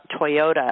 Toyota